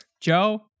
Joe